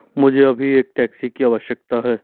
मुझे अभी एक टैक्सी की आवश्यकता है